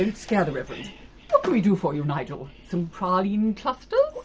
and scare the reverend what can we do for you, nigel? some praline clusters?